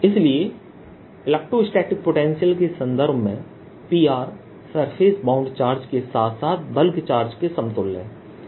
इसलिए electrostatic potential के संदर्भ में P सरफेस बाउंड चार्ज के साथ साथ बल्क चार्ज के समतुल्य है